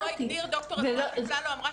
מה שהוא לא הגדיר --- ד"ר אפללו אמרה